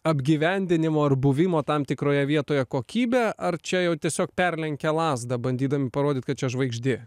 apgyvendinimo ar buvimo tam tikroje vietoje kokybę ar čia jau tiesiog perlenkia lazdą bandydami parodyt kad čia žvaigždė